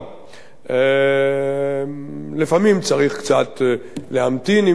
לפעמים צריך קצת להמתין עם דברים,